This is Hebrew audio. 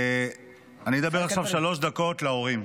אני אדבר עכשיו שלוש דקות להורים,